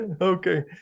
Okay